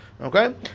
okay